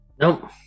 Nope